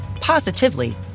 positively